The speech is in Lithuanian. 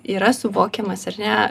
yra suvokiamas ar ne